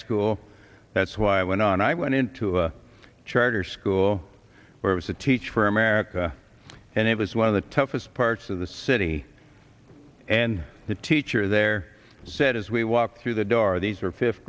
school that's why i went on i went into a charter school where i was a teach for america and it was one of the toughest parts of the city and the teacher there said as we walk through the door these are fifth